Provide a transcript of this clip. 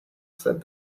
said